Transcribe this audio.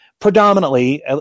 predominantly